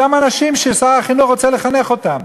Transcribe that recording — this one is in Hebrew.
אותם אנשים ששר החינוך רוצה לחנך אותם.